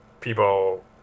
people